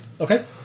Okay